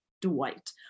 Dwight